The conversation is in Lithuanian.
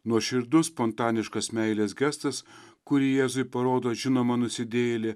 nuoširdus spontaniškas meilės gestas kurį jėzui parodo žinoma nusidėjėlė